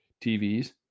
TVs